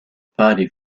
party